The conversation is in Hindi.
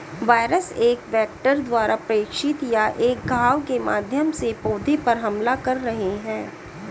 वायरस एक वेक्टर द्वारा प्रेषित या एक घाव के माध्यम से पौधे पर हमला कर रहे हैं